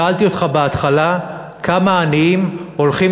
שאלתי אותך בהתחלה כמה עניים הולכים